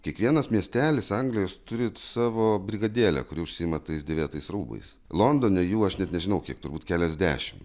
kiekvienas miestelis anglijos turi savo brigadėlę kuri užsiima tais dėvėtais rūbais londone jų aš net nežinau kiek turbūt keliasdešim